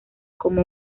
como